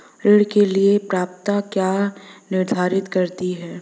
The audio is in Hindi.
ऋण के लिए पात्रता क्या निर्धारित करती है?